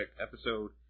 episode